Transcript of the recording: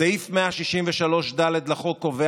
אפשר לדבר בחוץ.